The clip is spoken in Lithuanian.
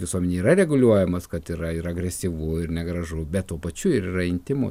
visuomenėj yra reguliuojamas kad yra ir agresyvu ir negražu bet tuo pačiu ir yra intymu